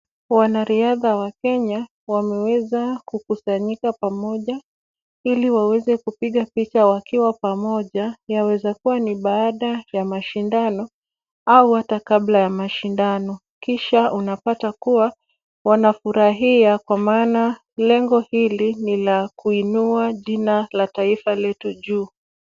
Wanariadha wa Kenya wameweza kukusanyika pamoja ili waweze kupiga picha wakiwa pamoja. Yaweza kuwa ni baada ya mashindano au hata kabla ya mashindano kisha unapata kuwa wanafurahia kwa maana lengo hili ni la kuinua jina la taifa letu juu.